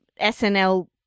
SNL